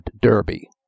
Derby